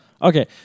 Okay